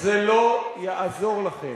זה לא יעזור לכם.